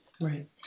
right